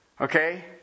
Okay